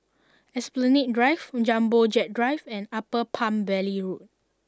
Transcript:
Esplanade Drive Jumbo Jet Drive and Upper Palm Valley Road